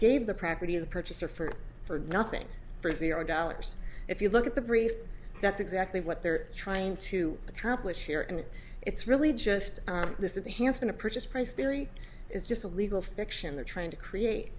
gave the prakriti the purchaser for for nothing for zero dollars if you look at the brief that's exactly what they're trying to accomplish here and it's really just this is the hanssen a purchase price theory is just a legal fiction they're trying to create